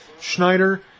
Schneider